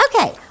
Okay